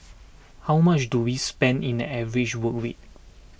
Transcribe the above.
how much do we spend in an average work week